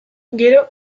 gero